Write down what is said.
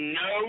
no